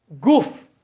goof